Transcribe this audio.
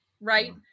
right